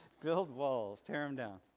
build walls, tear them down,